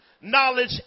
knowledge